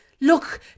look